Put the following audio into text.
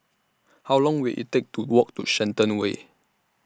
How Long Will IT Take to Walk to Shenton Way